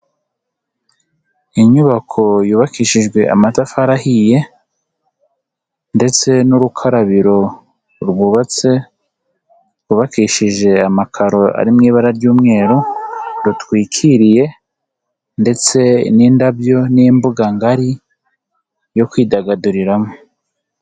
Inyubako yubakishijwe amatafari ahiye ndetse n'urukarabiro rwubatse rwubakishije amakaro ari mu ibara ry'umweru rutwikiriye ndetse n'indabyo n'imbuga ngari yo kwidagaduriramo.